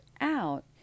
out